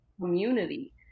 community